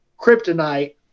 kryptonite